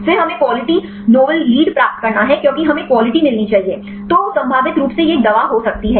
फिर हमें quality novel lead प्राप्त करना है क्योंकि हमें क्वालिटी मिलनी चाहिए तो यह संभावित रूप से यह एक दवा हो सकती है